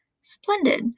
Splendid